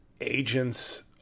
agents